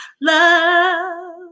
Love